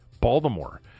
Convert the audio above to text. Baltimore